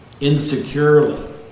insecurely